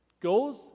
goes